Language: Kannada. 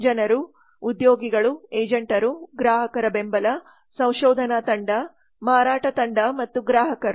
ಜನರು ಉದ್ಯೋಗಿಗಳು ಏಜೆಂಟರು ಗ್ರಾಹಕರ ಬೆಂಬಲ ಸಂಶೋಧನಾ ತಂಡ ಮಾರಾಟ ತಂಡ ಮತ್ತು ಗ್ರಾಹಕರು